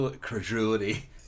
credulity